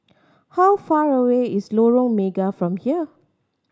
how far away is Lorong Mega from here